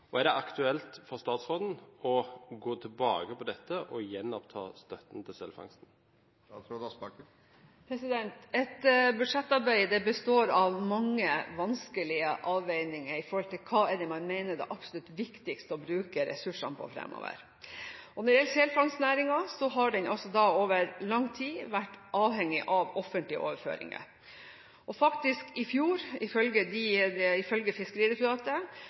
næringen? Er det aktuelt for statsråden å gå tilbake på dette og gjenoppta støtten til selfangsten? Et budsjettarbeid består av mange vanskelige avveininger når det gjelder hva som er det absolutt viktigste å bruke ressursene på fremover. Når det gjelder selfangstnæringen, har den over lang tid vært avhengig av offentlige overføringer. Og i fjor er, ifølge